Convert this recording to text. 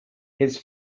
his